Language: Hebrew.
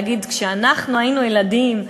להגיד: כשאנחנו היינו ילדים,